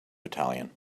battalion